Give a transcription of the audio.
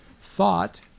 thought